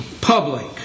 public